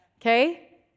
okay